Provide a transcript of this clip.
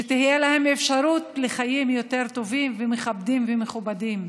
שתהיה להם אפשרות לחיים יותר טובים ומכבדים ומכובדים.